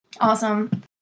Awesome